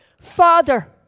father